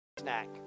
Snack